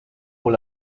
por